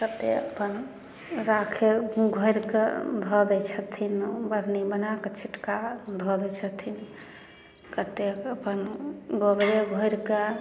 कते अपन राखे घोरि कऽ धऽ दै छथिन बढ़नी बना कऽ छिटका धऽ दै छथिन कतेक अपन गोबरे घोरि कऽ